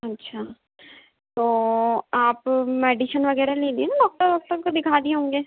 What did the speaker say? अच्छा तो आप मेडिसन वगैरह ले लिए न डॉक्टर ओक्टर को दिखा दिए होंगे